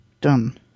Done